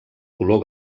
color